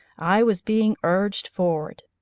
i was being urged forward,